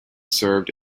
served